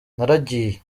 naragiye